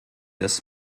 des